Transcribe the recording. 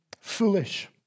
foolish